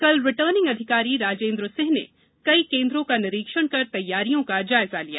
कल रिटर्निंग अधिकारी राजेन्द्र सिंह ने कई केन्द्रों का निरीक्षण कर तैयारियों का जायजा लिया